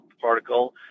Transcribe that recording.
particle